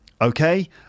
okay